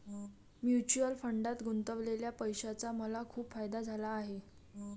mutual फंडात गुंतवलेल्या पैशाचा मला खूप फायदा झाला आहे